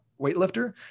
weightlifter